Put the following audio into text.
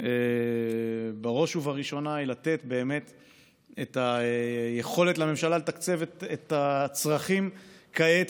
היא בראש ובראשונה לתת את היכולת לממשלה לתקצב את הצרכים כעת,